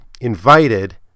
invited